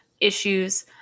issues